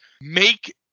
make